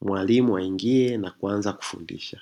mwalimu aingie na kuanza kufundisha.